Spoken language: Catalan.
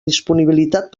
disponibilitat